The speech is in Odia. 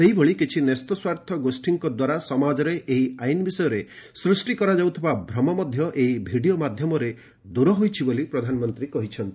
ସେହିଭଳି କିଛି ନ୍ୟସ୍ତସ୍ୱାର୍ଥ ଗୋଷୀଙ୍କ ଦ୍ୱାରା ସମାଜରେ ଏହି ଆଇନ୍ ବିଷୟରେ ସୃଷ୍ଟି କରାଯାଉଥିବା ଭ୍ରମ ମଧ୍ୟ ଏହି ଭିଡ଼ିଓ ମାଧ୍ୟମରେ ଦୂର ହୋଇଛି ବୋଲି ପ୍ରଧାନମନ୍ତ୍ରୀ କହିଛନ୍ତି